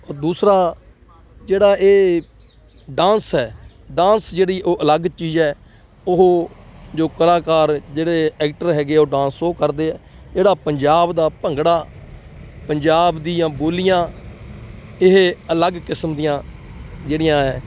ਓ ਦੂਸਰਾ ਜਿਹੜਾ ਇਹ ਡਾਂਸ ਹੈ ਡਾਂਸ ਜਿਹੜੀ ਉਹ ਅਲੱਗ ਚੀਜ਼ ਹੈ ਉਹ ਜੋ ਕਲਾਕਾਰ ਜਿਹੜੇ ਐਕਟਰ ਹੈਗੇ ਆ ਉਹ ਡਾਂਸ ਉਹ ਕਰਦੇ ਆ ਜਿਹੜਾ ਪੰਜਾਬ ਦਾ ਭੰਗੜਾ ਪੰਜਾਬ ਦੀਆਂ ਬੋਲੀਆਂ ਇਹ ਅਲੱਗ ਕਿਸਮ ਦੀਆਂ ਜਿਹੜੀਆਂ ਹੈ